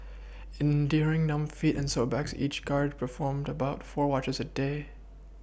enduring numb feet and sore backs each guard performed about four watches a day